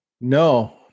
no